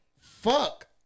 Fuck